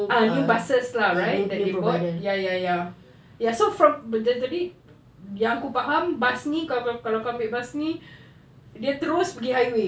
ah new buses lah right that they bought ya ya ya ya so from tadi yang aku faham bus ni kalau kalau kalau kau ambil bus ni dia terus pergi highway